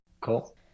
Cool